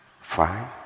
Fine